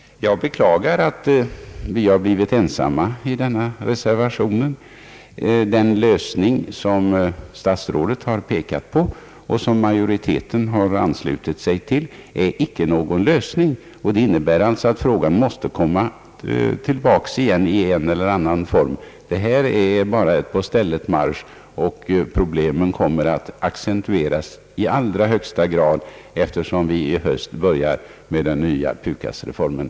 Jag beklagar att vi har blivit ensamma om att underteckna denna reservation. Den väg som statsrådet har pekat på och som majoriteten har anslutit sig till ger inte någon lösning, vilket alltså innebär att frågan måste komma tillbaka igen i en eller annan form. Detta är bara ett på stället marsch och problemet kommer att accentueras i allra högsta grad, eftersom vi i höst börjar genomföra den nya PUKAS-reformen.